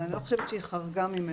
אבל אני לא חושבת שהיא חרגה ממנו,